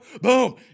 Boom